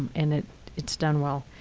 and it's it's done well.